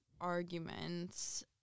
arguments